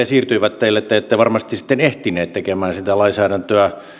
siirtyivät teille te ette varmasti sitten ehtineet tekemään suomeen sitä lainsäädäntöä